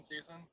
season